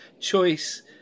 choice